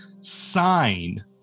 sign